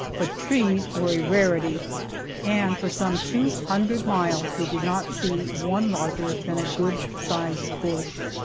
but trees were a rarity and for some two hundred miles we did not see one larger than a good sized bush.